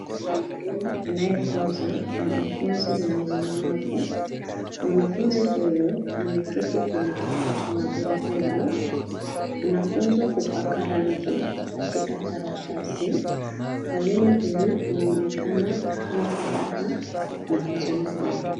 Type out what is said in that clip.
Mwalimu anayefunza wanafunzi wenye ulemavu . Mwanafunzi huyu anaketi kwenye kiti cha magurudumu. Anafunzwa kupaka rangi katika karatasi. Mwalimu huyu anaonekana akiwa furaha na kijana huyu.